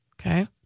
Okay